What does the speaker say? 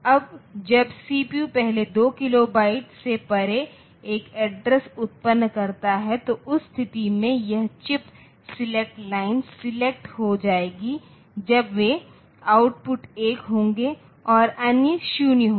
अब जब CPU पहले 2 किलोबाइट से परे एक एड्रेस उत्पन्न करता है तो उस स्थिति में यह चिप सेलेक्ट लाइन सेलेक्ट हो जाएगी जब वे आउटपुट 1 होंगे और अन्य 0 होंगे